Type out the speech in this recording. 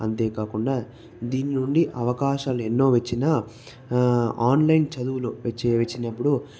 అంతే కాకుండా దీని నుండి అవకాశాలు ఎన్నో వచ్చినా ఆ ఆన్లైన్ చదువులు వచ్చి వచ్చినప్పుడు